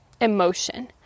emotion